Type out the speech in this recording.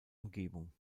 umgebung